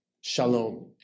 Shalom